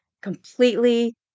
Completely